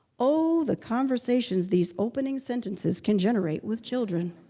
oh, the conversations these opening sentences can generate with children!